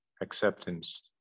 acceptance